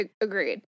Agreed